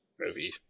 movie